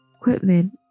equipment